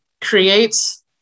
creates